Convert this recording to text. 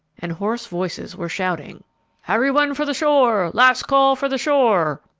and hoarse voices were shouting every one for the shore! last call for the shore!